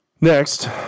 next